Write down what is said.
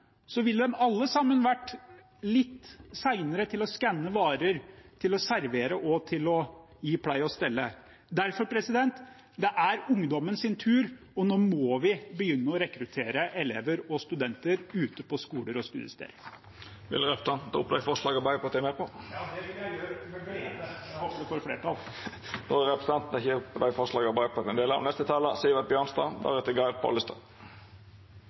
alle sammen være litt seinere til å skanne varer, til å servere og til å gi pleie og stell. Derfor er det ungdommens tur, og nå må vi begynne å rekruttere elever og studenter ute på skoler og studiesteder. Vil representanten ta opp det forslaget Arbeidarpartiet er med på? Ja, det vil jeg gjøre, med glede. Jeg håper det får flertall! Då har representanten Nils Kristian Sandtrøen teke opp